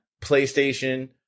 PlayStation